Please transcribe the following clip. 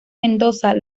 mendoza